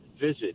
visit